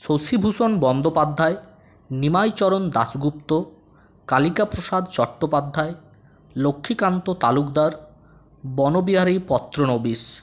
Shashibhushan Bandopadhyay Nimai Charan Dasgupta Kalika Prasad Chattopadhyay Lakshmikanta Talukdar Banabihari Patranabish